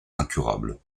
incurable